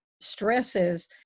stresses